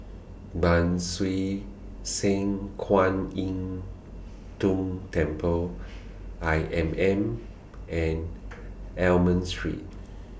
Ban Siew San Kuan Im Tng Temple I M M and Almond Street